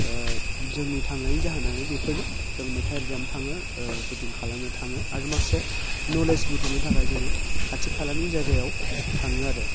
जोंनि थांनायनि जाहोनानो बेफोरनो जों मेथाइ रोजाबनो थाङो सुटिं खालामनो थाङो आरो माखासे नलेज बुथुमनो थाखाय जोङो खाथि खालानि जायगायाव थाङो आरो